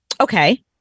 Okay